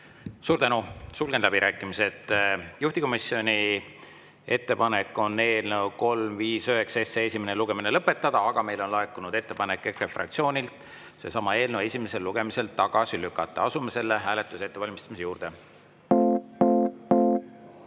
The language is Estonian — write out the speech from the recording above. Suur tänu! Sulgen läbirääkimised. Juhtivkomisjoni ettepanek on eelnõu 359 esimene lugemine lõpetada, aga meile on laekunud ettepanek EKRE fraktsioonilt see eelnõu esimesel lugemisel tagasi lükata. Asume selle hääletuse ettevalmistamise juurde.